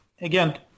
again